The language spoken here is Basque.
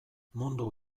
mundu